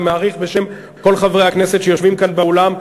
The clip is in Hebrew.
ואני מעריך שבשם כל חברי הכנסת שיושבים כאן באולם,